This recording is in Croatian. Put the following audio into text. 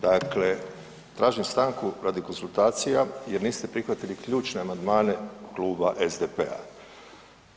Dakle, tražim stanku radi konzultacija jer niste prihvatili ključne amandmane Kluba SDP-a.